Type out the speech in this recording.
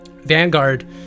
Vanguard